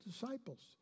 disciples